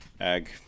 Ag